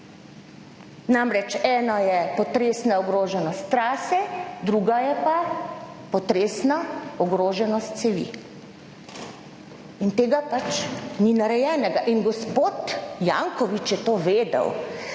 Namreč eno je potresna ogroženost trase, drugo je pa potresna ogroženost cevi in tega pač ni narejenega in gospod Janković je to vedel,